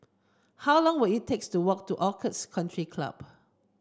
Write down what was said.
how long will it takes to walk to Orchid Country Club